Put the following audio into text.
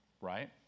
Right